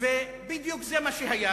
אני אשתדל,